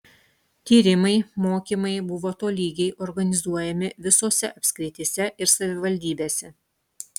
tyrimai mokymai buvo tolygiai organizuojami visose apskrityse ir savivaldybėse